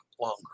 longer